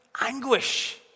anguish